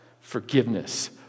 forgiveness